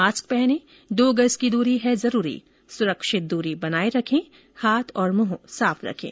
mask पहनें दो गज की दूरी है जरूरी सुरक्षित दूरी बनाए रखें हाथ और मुंह साफ रखें